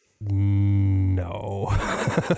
No